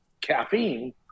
caffeine